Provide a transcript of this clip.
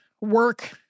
work